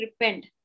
repent